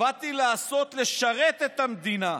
לשרת את המדינה.